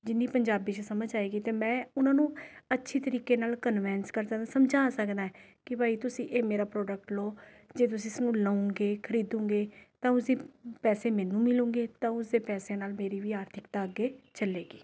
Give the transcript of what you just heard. ਜਿੰਨੀ ਪੰਜਾਬੀ 'ਚ ਸਮਝ ਆਏਗੀ ਅਤੇ ਮੈਂ ਉਹਨਾਂ ਨੂੰ ਅੱਛੇ ਤਰੀਕੇ ਨਾਲ ਕਨਵੈਂਸ ਕਰ ਸਕਦਾ ਸਮਝਾ ਸਕਦਾ ਹੈ ਕਿ ਭਾਈ ਤੁਸੀਂ ਇਹ ਮੇਰਾ ਪ੍ਰੋਡਕਟ ਲਉ ਜੇ ਤੁਸੀਂ ਇਸ ਨੂੰ ਲਵੋਂਗੇ ਖਰੀਦੋਂਗੇ ਤਾਂ ਉਸ ਦੇ ਪੈਸੇ ਮੈਨੂੰ ਮਿਲੂੰਗੇ ਤਾਂ ਉਸ ਪੈਸਿਆਂ ਨਾਲ ਮੇਰੀ ਵੀ ਆਰਥਿਕਤਾ ਅੱਗੇ ਚੱਲੇਗੀ